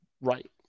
Right